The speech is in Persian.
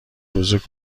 روز